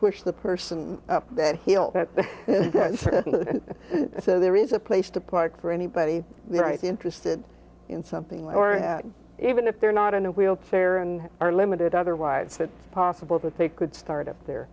push the person that he'll so there is a place to park for anybody interested in something or even if they're not in a wheelchair and are limited otherwise it's possible that they could start up there